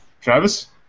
Travis